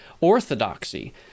orthodoxy